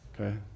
Okay